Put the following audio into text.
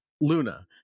Luna